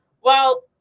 Well-